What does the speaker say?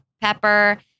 pepper